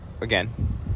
again